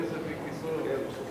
כבוד היושבת-ראש,